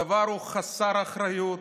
הדבר הוא חסר אחריות,